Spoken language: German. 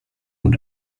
und